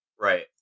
right